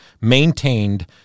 maintained